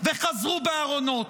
וחזרו בארונות,